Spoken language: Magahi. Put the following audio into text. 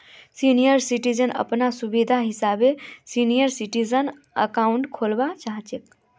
सीनियर सिटीजन अपना सुविधा हिसाबे सीनियर सिटीजन अकाउंट खोलवा सकोह